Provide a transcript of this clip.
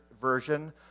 version